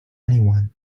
anyone